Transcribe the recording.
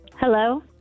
Hello